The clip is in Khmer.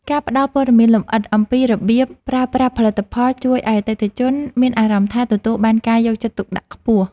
ការផ្ដល់ព័ត៌មានលម្អិតអំពីរបៀបប្រើប្រាស់ផលិតផលជួយឱ្យអតិថិជនមានអារម្មណ៍ថា ទទួលបានការយកចិត្តទុកដាក់ខ្ពស់។